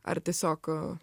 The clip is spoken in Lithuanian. ar tiesiog